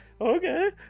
Okay